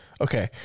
Okay